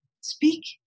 speak